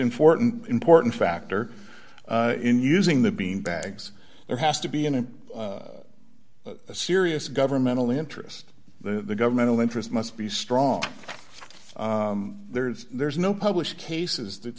important important factor in using the beanbags there has to be in a serious governmental interest the governmental interest must be strong there's there's no published cases that